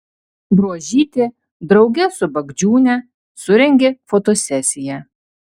bruožytė drauge su bagdžiūne surengė fotosesiją